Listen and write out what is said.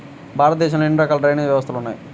భారతదేశంలో ఎన్ని రకాల డ్రైనేజ్ వ్యవస్థలు ఉన్నాయి?